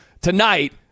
tonight